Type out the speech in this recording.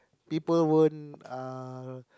people won't uh